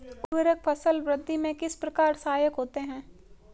उर्वरक फसल वृद्धि में किस प्रकार सहायक होते हैं?